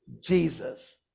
Jesus